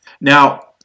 Now